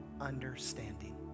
understanding